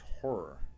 Horror